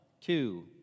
two